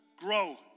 Grow